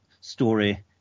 story